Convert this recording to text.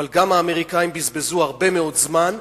אבל גם האמריקנים בזבזו הרבה מאוד זמן,